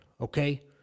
okay